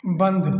बंद